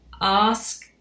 ask